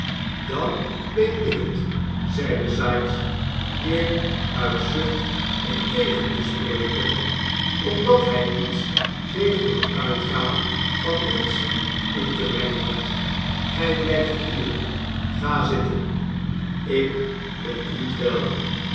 dan weet ik het zeide sikes meer uit zucht om tegen te spreken omdat hij iets tegen het uitgaan van nancy in té brengen had gij blijft hier ga zitten ik ben niet wel